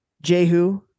Jehu